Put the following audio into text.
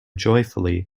joyfully